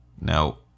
Now